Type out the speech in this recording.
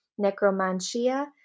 necromancia